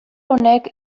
honek